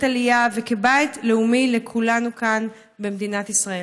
עלייה וכבית לאומי לכולנו כאן במדינת ישראל.